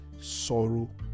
sorrow